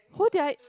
who did i